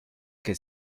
que